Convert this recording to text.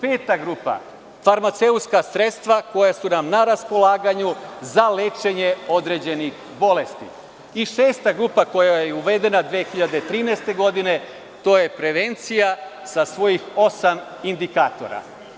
Peta grupa, farmaceutska sredstva koja su nam na raspolaganju za lečenje određenih bolesti i šesta grupa, koja je uvedena 2013. godine, to je prevencija sa svojih osam indikatora.